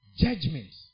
judgment